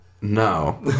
No